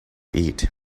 eat